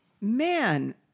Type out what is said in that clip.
man